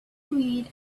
read